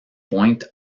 point